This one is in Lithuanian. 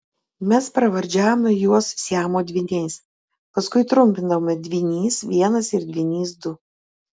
mes pravardžiavome juos siamo dvyniais paskui trumpindavome dvynys vienas ir dvynys du